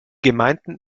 gemeinden